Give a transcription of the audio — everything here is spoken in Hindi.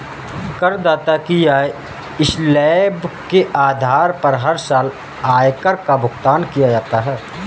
करदाता की आय स्लैब के आधार पर हर साल आयकर का भुगतान किया जाता है